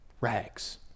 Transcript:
rags